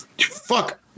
Fuck